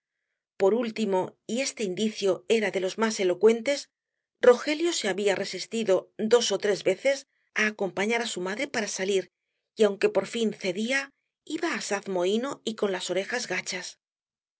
por último y este indicio era de los más elocuentes rogelio se había resistido dos ó tres veces á acompañar á su madre para salir y aunque por fin cedía iba asaz mohino y con las orejas gachas